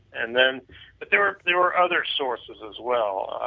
and then but there were there were other sources as well.